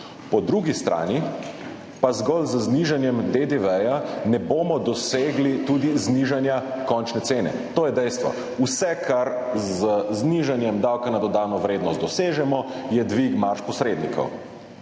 Po drugi strani pa zgolj z znižanjem DDV ne bomo dosegli tudi znižanja končne cene. To je dejstvo. Vse, kar z znižanjem davka na dodano vrednost dosežemo, je dvig marž posrednikov.